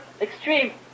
extreme